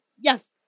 yes